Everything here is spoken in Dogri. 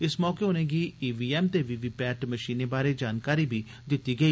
इस मौके उनें' गी ई वी एम ते वी वी पैट मशीनें बार जानकारी बी दित्ती गेई